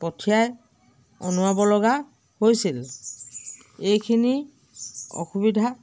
পঠিয়াই অনুৱাব লগা হৈছিল এইখিনি অসুবিধা